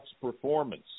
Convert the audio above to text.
performance